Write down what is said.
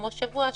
כמו שבוע,